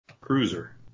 Cruiser